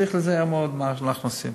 צריך להיזהר מאוד במה שאנחנו עושים.